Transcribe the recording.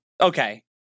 Okay